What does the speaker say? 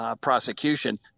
Prosecution